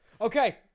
Okay